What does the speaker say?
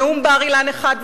נאום בר-אילן 1,